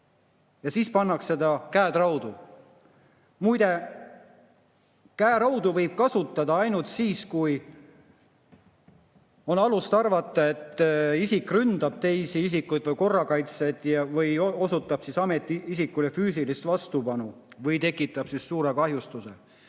ja siis pannakse tal käed raudu? Muide, käeraudu võib kasutada ainult siis, kui on alust arvata, et isik ründab teisi isikuid või korrakaitsjaid või osutab ametiisikule füüsilist vastupanu või tekitab suure kahjustuse